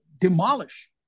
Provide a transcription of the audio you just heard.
demolish